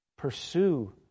Pursue